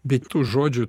bet tų žodžių